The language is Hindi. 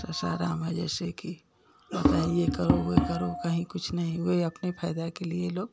सासाराम है जैसे कि कहता है ये करो वो करो कहीं कुछ नहीं वही अपने फायदा के लिये लोग